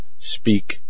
Speak